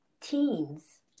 teens